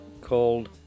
called